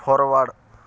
forward